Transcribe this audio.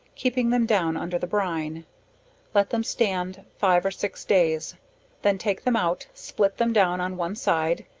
keeping them down under the brine let them stand five or six days then take them out, slit them down on one side,